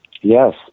Yes